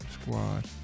squad